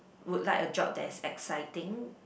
would like a job that is exciting